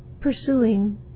pursuing